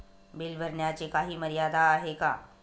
Bill भरण्याची काही मर्यादा आहे का?